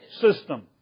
system